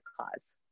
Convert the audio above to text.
cause